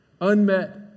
Unmet